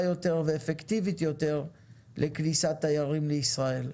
יותר ואפקטיבית יותר לכניסת תיירים לישראל.